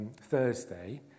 Thursday